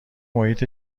محیط